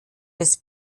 des